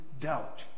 doubt